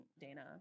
Dana